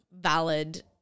valid